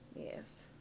Yes